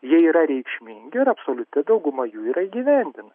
jie yra reikšmingi ir absoliuti dauguma jų yra įgyvendin